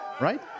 right